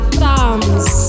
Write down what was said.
thumbs